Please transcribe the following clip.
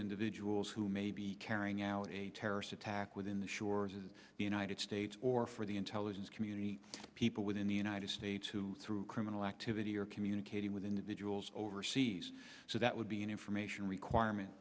individuals who may be carrying out a terrorist attack within the shores of the united states or for the intelligence community people within the united states who through criminal activity are communicating with individuals overseas so that would be an information